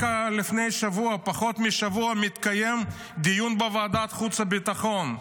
רק לפני פחות משבוע מתקיים דיון בוועדת החוץ והביטחון,